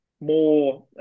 more